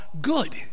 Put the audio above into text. good